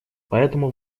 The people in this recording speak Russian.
поэтому